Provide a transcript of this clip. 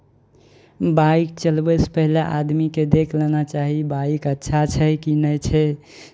bike चलबयसँ पहिले आदमीकेँ देख लेना चाही बाइक अच्छा छै कि नहि छै